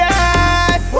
Yes